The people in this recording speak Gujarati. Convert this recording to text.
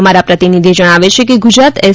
અમારા પ્રતિનિધિ જણાવે છે કે ગુજરાત એસ